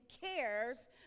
cares